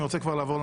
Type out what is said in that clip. אני לא מגביל בזמן.